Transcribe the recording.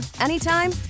anytime